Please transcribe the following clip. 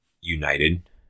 united